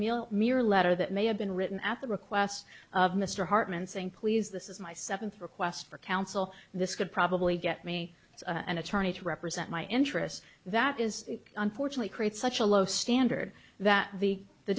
meal mere letter that may have been written at the request of mr hartman saying please this is my seventh request for counsel this could probably get me an attorney to represent my interests that is unfortunately create such a low standard that the the